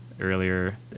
earlier